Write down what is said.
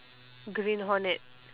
green hornet